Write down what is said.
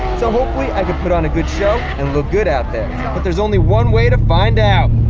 so hopefully i can put on a good show and look good out there, but there's only one way to find out!